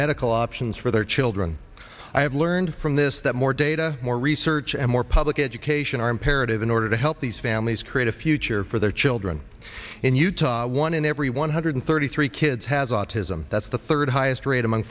medical options for their children i have learned from this that more data more research and more public education are imperative in order to help these families create a future for their children in utah one in every one hundred thirty three kids has autism that's the third highest rate among